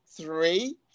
three